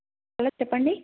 hello చెప్పండి